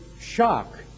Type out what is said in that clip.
shock